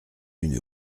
une